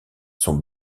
sont